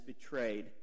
betrayed